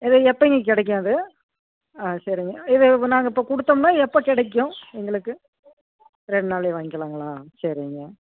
எப்பைங்க கிடைக்கும் அது ஆ சரி இது நாங்கள் இப்போ கொடுத்தோம்னா எப்போ கிடைக்கும் எங்களுக்கு ரெண்டு நாள்லையே வாய்ங்கலாங்களா சரிங்க